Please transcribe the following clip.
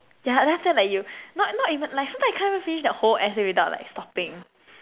yeah then after that like you not not even like sometime you can't even finish the whole essay without like stopping